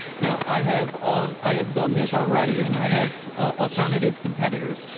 now i have all, i have done this already, and i have alternative competitors.